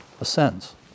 ascends